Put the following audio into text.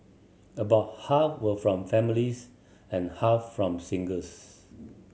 about half were from families and half from singles